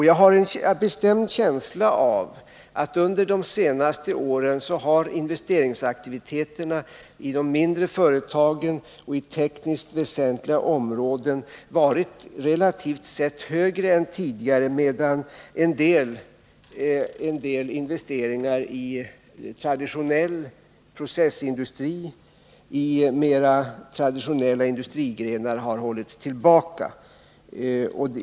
Jag har en bestämd känsla av att investeringsaktiviteterna i de mindre företagen och på tekniskt väsentliga områden har varit relativt sett större än tidigare, medan vissa investeringar i mera traditionella industrigrenar har hållits tillbaka.